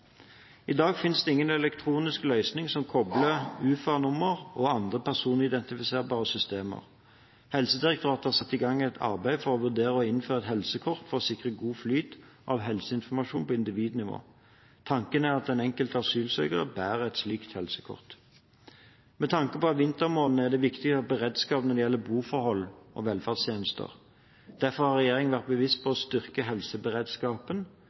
I dag finnes det ingen elektronisk løsning som kobler UFA-nummer og andre personidentifiserbare systemer. Helsedirektoratet har satt i gang et arbeid for å vurdere å innføre et helsekort for å sikre god flyt av helseinformasjon på individnivå. Tanken er at den enkelte asylsøker bærer et slikt helsekort. Med tanke på vintermånedene er det viktig å ha beredskap når det gjelder boforhold og velferdstjenester. Derfor har regjeringen vært bevisst på å styrke helseberedskapen.